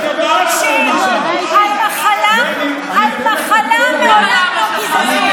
תקשיב, תקשיב, על מחלה מעולם לא קוזזו.